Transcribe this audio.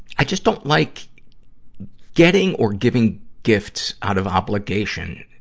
i just don't like getting or giving gifts out of obligation,